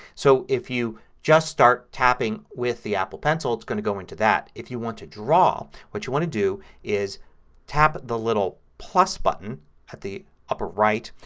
so if you just start tapping with the apple pencil it's going to go into that. if you want to draw what you want to do is tap the little plus button at the upper right.